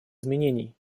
изменений